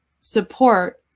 support